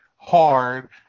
hard